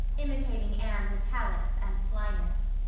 imitating anne's italics and slyness.